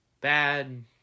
bad